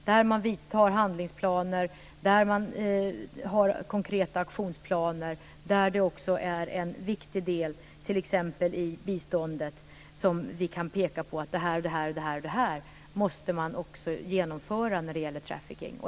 Man har upprättat handlingsplaner och konkreta aktionsplaner. Det är också en viktig del i biståndet där vi kan peka på vad som måste genomföras när det gäller trafficking.